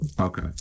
Okay